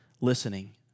listening